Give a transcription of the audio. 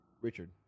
Richard